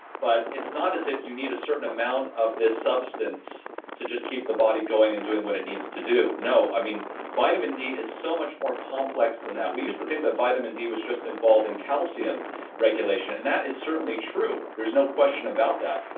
but it's not as if you need a certain amount of this substance to just keep the body going and doing what it needs to do. no i mean vitamin d is so much more complex than that. we used to think that vitamin d was just involved in calcium regulation, and that is certainly true there's no question about that,